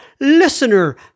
listener